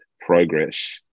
progress